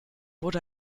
wurde